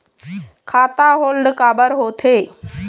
खाता होल्ड काबर होथे?